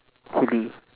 chili